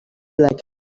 like